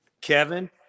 Kevin